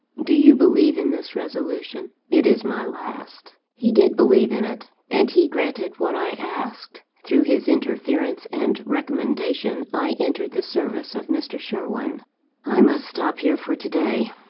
do you believe in this resolution it is my last. he did believe in it and he granted what i asked. through his interference and recommendation, i entered the service of mr. sherwin i must stop here for to-day.